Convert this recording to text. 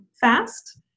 fast